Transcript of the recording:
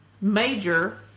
major